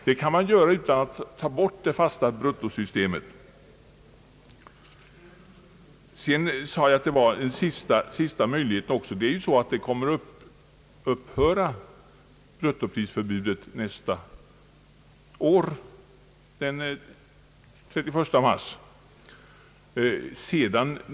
Det kan man göra utan att avskaffa det fasta bruttoprissystemet. Vi har nu en sista möjlighet. Bruttoprisförbudet kommer att upphöra den 31 mars nästa år.